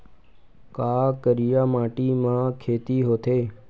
का करिया माटी म खेती होथे?